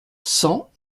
cent